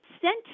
sent